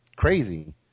crazy